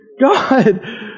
God